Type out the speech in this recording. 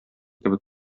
кебек